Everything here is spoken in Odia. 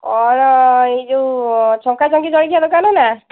କ'ଣ ଏଇ ଯେଉଁ ଛଙ୍କାଛଙ୍କି ଜଳଖିଆ ଦୋକାନ ନା